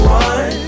one